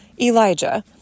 Elijah